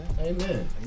Amen